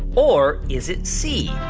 or is it c,